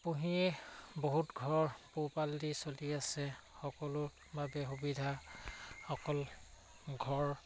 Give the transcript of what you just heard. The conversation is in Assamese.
পুহিয়ে বহুত ঘৰ পোহ পাল দি চলি আছে সকলো বাবে সুবিধা অকল ঘৰ